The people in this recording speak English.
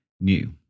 new